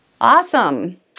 Awesome